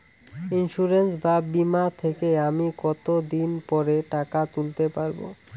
Insurance বা বিমা থেকে আমি কত দিন পরে টাকা তুলতে পারব?